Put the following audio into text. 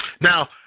Now